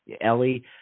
Ellie